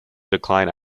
decline